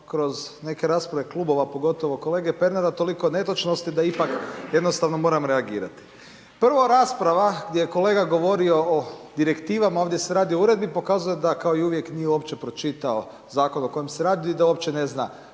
kroz neke rasprave klubova, pogotovo kolege Pernara, toliko netočnosti da ipak, jednostavno moram reagirati. Prvo, rasprava gdje je kolega govorio o direktivama, ovdje se radi o uredbi, pokazuje da kao i uvijek nije uopće pročitao zakon o kojem se radi i da uopće ne zna